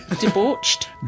Debauched